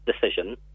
decision